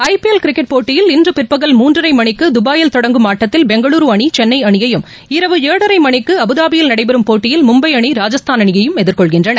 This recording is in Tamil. ஐ பி எல் கிரிக்கெட் போட்டியில் இன்று பிற்பகல் மூன்றரை மணிக்கு தபாயில் தொடங்கும் ஆட்டத்தில் பெங்களுரு அணி சென்னை அணியையும் இரவு ஏழரை மணிக்கு அபுதாபியில் நடைபெறும் போட்டியில் மும்பை அணி ராஜஸ்தான் அணியையும் எதிர்கொள்கின்றன